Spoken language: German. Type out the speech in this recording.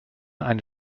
eine